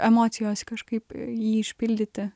emocijos kažkaip jį išpildyti